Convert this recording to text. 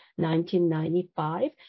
1995